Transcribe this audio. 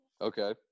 Okay